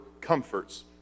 comforts